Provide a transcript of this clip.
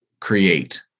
create